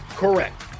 Correct